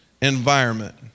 environment